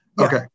Okay